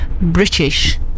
British